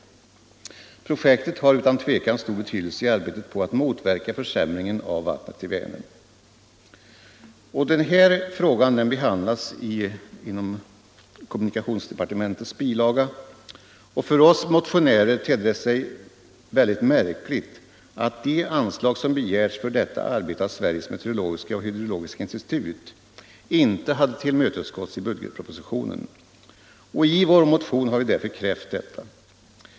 Projektet har utan tvekan stor betydelse i arbetet på att motverka försämringen av vattnet i Vänern. Den här frågan behandlas i kommunikationsdepartementets bilaga i budgetpropositionen. För oss motionärer tedde det sig mycket märkligt att de önskemål om anslag som framställts för detta arbete av Sveriges meteorologiska och hydrologiska institut inte hade tillmötesgåtts i budgetpropositionen. I vår motion har vi därför krävt detta.